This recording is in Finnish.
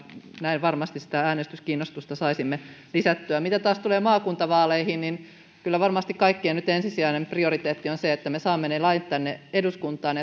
näin varmasti sitä äänestyskiinnostusta saisimme lisättyä mitä taas tulee maakuntavaaleihin kyllä varmasti kaikkien ensisijainen prioriteetti on nyt se että me saamme ne lait tänne eduskuntaan